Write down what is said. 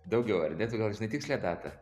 daugiau ar ne tu gal žinai tikslią datą